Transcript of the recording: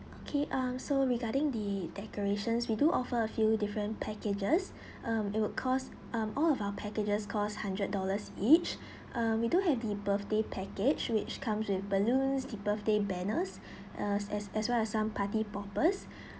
okay uh so regarding the decorations we do offer a few different packages uh it would cost um all of our packages cost hundred dollars each uh we do have the birthday package which comes with balloons the birthday banners uh as as well as some party poppers